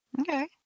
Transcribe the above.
Okay